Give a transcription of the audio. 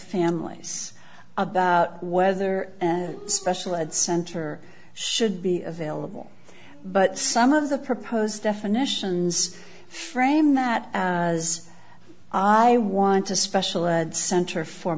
families about whether an special ed center should be available but some of the proposed definitions frame that as i want a special ed center for